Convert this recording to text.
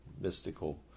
mystical